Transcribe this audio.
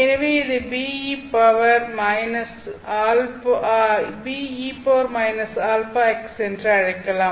ஆகவே இதை Be-αx என்று அழைக்கலாம்